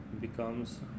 becomes